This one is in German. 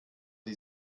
die